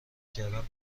کردن